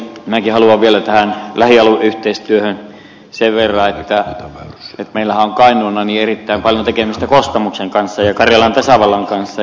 minäkin haluan vielä lähialueyhteistyöhön sanoa sen verran että meillähän on kainuuna erittäin paljon tekemistä kostamuksen kanssa ja karjalan tasavallan kanssa